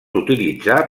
utilitzar